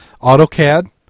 AutoCAD